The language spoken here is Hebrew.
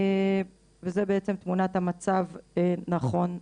וזאת בעצם תמונת המצב נכון לעכשיו.